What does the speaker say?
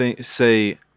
say